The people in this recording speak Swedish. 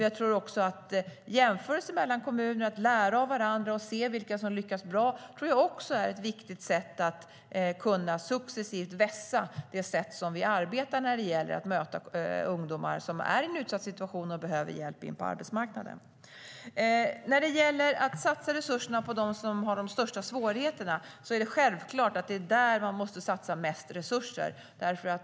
Jag tror nämligen att jämförelser mellan kommuner, för att lära av varandra och för att se vilka som lyckas bra, också är ett viktigt sätt för att successivt kunna vässa vårt arbete med att möta ungdomar som är i en utsatt situation och som behöver hjälp in på arbetsmarknaden. Det är självklart att man måste satsa mest resurser på dem som har de största svårigheterna.